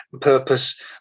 purpose